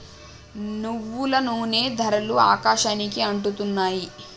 నువ్వుల నూనె ధరలు ఆకాశానికి అంటుతున్నాయి